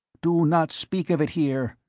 do not speak of it here,